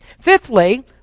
Fifthly